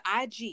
IG